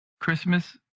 Christmas